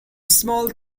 small